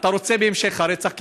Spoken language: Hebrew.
אתה רוצה בהמשך הרצח.